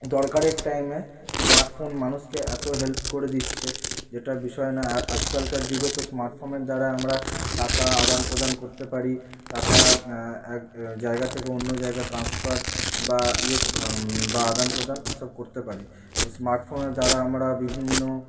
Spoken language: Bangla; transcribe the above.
দরকারের টাইমে স্মার্ট ফোন মানুষকে এত হেল্প করে দিচ্ছে যেটা বিষয় না আজকালকার যুগে তো স্মার্ট ফোনের দ্বারা আমরা টাকা আদানপ্রদান করতে পারি টাকা এক জায়গা থেকে অন্য জায়গায় ট্রান্সফার বা ইয়ে বা আদানপ্রদান এই সব করতে পারি তো স্মার্ট ফোনের দ্বারা আমরা বিভিন্ন